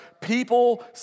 people